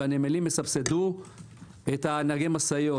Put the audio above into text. והנמלים יסבסדו את נהגי המשאיות.